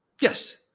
Yes